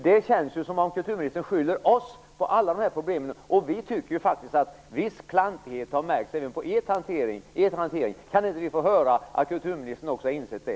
Det känns som om kulturministern skyller oss för alla dessa problem, men vi tycker faktiskt att viss klantighet har märkts även i er hantering. Kan vi inte få höra att kulturministern också har insett det?